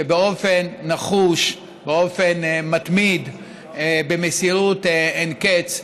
שבאופן נחוש, באופן מתמיד, במסירות אין-קץ,